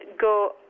go